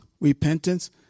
repentance